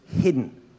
hidden